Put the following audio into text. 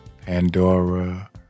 Pandora